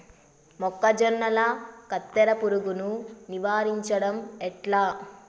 మొక్కజొన్నల కత్తెర పురుగుని నివారించడం ఎట్లా?